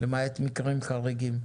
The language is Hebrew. למעט מקרים חריגים.